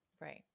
Right